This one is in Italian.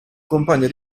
compagno